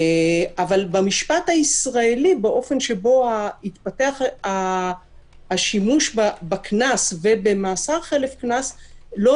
אבל במשפט הישראלי האופן שבו התפתח השימוש בקנס ובמאסר חלף קנס לא